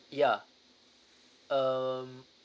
ya um